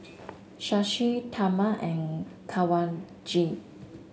Shashi Tharman and Kanwaljit